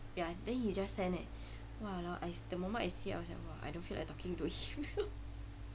ya then he just send eh !walao! I s~ the moment I see I was like !wah! I don't feel like talking to him